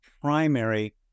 primary